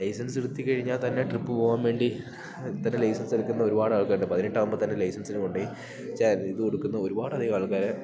licence കിത്തി കഴിഞ്ഞാൽ തന്നെ ട്രിപ്പ് പോവാൻ മേണ്ടി ഇത്തിന് ലൈസൻസെടുക്കുന്ന ഒരുപാടാൽക്കാരുണ്ട് പതിനെട്ടാവുമ്പത്തന്നെ ലൈസൻസിന് കൊണ്ടുപോയി ചേര ഇത് കൊടുക്കുന്ന ഒരുപാടധികം ആൾക്കാരെ